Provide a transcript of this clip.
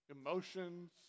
emotions